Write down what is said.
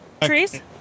Trees